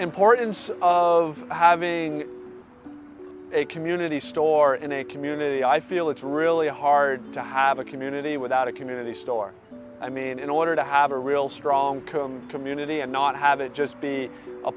importance of having a community store in a community i feel it's really hard to have a community without a community store i mean in order to have a real strong combe community and not have it just be a